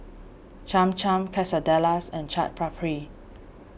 Cham Cham Quesadillas and Chaat Papri